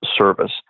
service